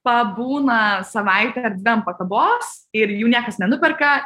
pabūna savaitę ar dvi ant pakabos ir jų niekas nenuperka